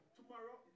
Tomorrow